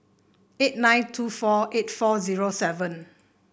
eight nine two four eight four zero seven